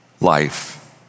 Life